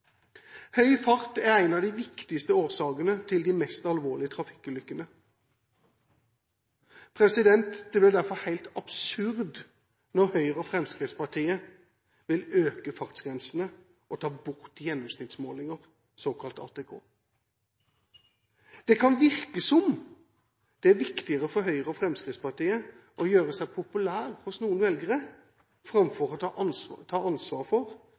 Høy fart er en av de viktigste årsakene til de mest alvorlige trafikkulykkene. Det blir derfor helt absurd når Høyre og Fremskrittspartiet vil øke fartsgrensene og ta bort gjennomsnittsmålinger, såkalte ATK. Det kan virke som om det er viktigere for Høyre og Fremskrittspartiet å gjøre seg populære hos noen velgere, framfor å ta ansvar for